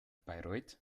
bayreuth